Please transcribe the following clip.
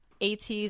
AT's